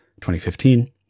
2015